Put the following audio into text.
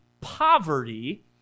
poverty